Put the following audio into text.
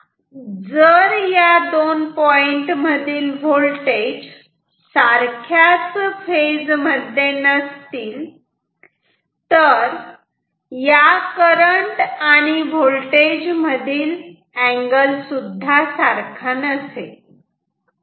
आता जर या दोन पॉईंट मधील व्होल्टेज सारख्याच फेज मध्ये नसतील तर या करंट आणि व्होल्टेज मधील सुद्धा अँगल सारखा नसेल